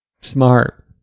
smart